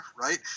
right